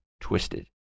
twisted